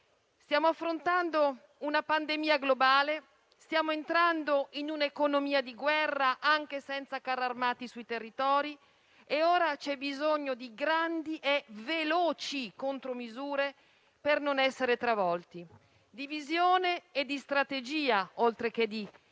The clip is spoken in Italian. Stiamo affrontando una pandemia globale, stiamo entrando in un'economia di guerra, anche senza carri armati sui territori, e ora c'è bisogno di grandi e veloci contromisure per non essere travolti. C'è bisogno di visione e di strategia, oltre che di